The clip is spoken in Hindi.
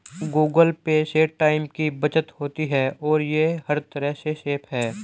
गूगल पे से टाइम की बचत होती है और ये हर तरह से सेफ है